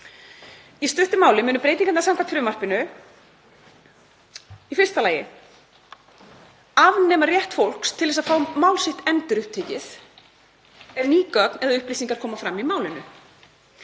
Í stuttu máli munu breytingarnar samkvæmt frumvarpinu í fyrsta lagi afnema rétt fólks til að fá mál sitt endurupptekið ef ný gögn eða upplýsingar koma fram í málinu.